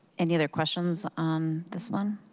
any other questions on this one?